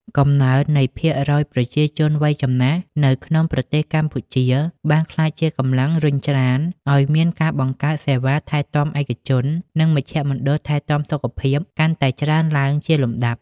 កំណើននៃភាគរយប្រជាជនវ័យចំណាស់នៅក្នុងប្រទេសកម្ពុជា បានក្លាយជាកម្លាំងរុញច្រានឱ្យមានការបង្កើតសេវាថែទាំឯកជន និងមជ្ឈមណ្ឌលថែទាំសុខភាពកាន់តែច្រើនឡើងជាលំដាប់។